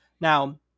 Now